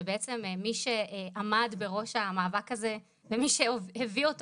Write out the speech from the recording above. שבעצם מי שעמד בראש המאבק הזה ומי שהביא אותו